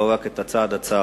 לא רק את הצד הצר.